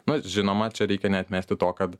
mat žinoma čia reikia neatmesti to kad